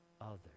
others